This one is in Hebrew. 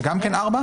זה גם כן ארבע?